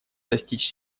достичь